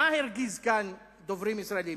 מה הרגיז כאן דוברים ישראלים?